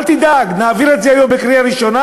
אל תדאג, נעביר את זה היום בקריאה ראשונה.